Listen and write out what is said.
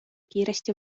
kiiresti